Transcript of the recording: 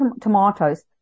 tomatoes